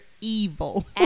evil